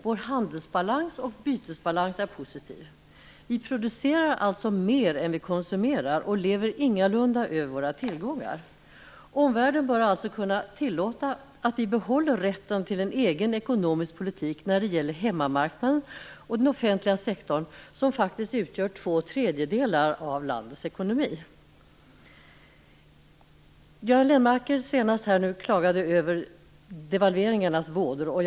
Vår handelsbalans och bytesbalans är positiv. Vi producerar mer än vi konsumerar och lever ingalunda över våra tillgångar. Omvärlden bör alltså kunna tillåta att vi behåller rätten till en egen ekonomisk politik när det gäller hemmamarknaden och den offentliga sektorn, som faktiskt utgör två tredjedelar av landets ekonomi. Göran Lennmarker klagade nu senast över vådorna med devalvering.